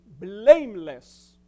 blameless